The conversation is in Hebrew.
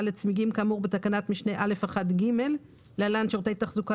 לצמיגים כאמור בתקנת משנה (א)(1)(ג) (להלן שירותי תחזוקה